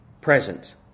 present